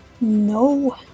No